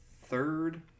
third